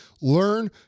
Learn